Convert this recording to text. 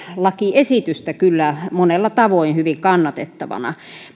lakiesitystä kyllä monella tavoin hyvin kannatettavana